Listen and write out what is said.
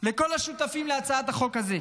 לכל השותפים להצעת החוק הזאת: